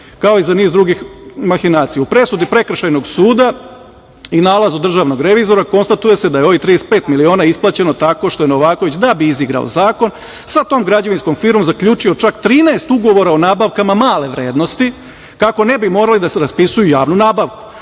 kao i za niz drugih mahinacija.U presudi Prekršajnog suda i nalazu državnog revizora, konstatuje se da je ovih 35 miliona isplaćeno tako što je Novaković, da bi izigrao zakon sa tom građevinskom firmom zaključio čak 13 ugovora o nabavkama male vrednosti kako ne bi morali da raspisuju javnu nabavku.